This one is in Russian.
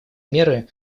меры